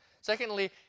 Secondly